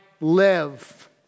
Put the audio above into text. live